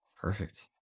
Perfect